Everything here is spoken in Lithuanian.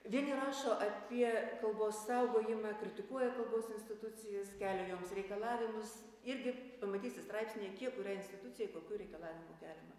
vieni rašo apie kalbos saugojimą kritikuoja kalbos institucijas kelia joms reikalavimus irgi pamatysit straipsnyje kiek kuriai institucijai kokių reikalavimų keliama